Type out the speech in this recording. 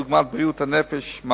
דוגמת בריאות הנפש,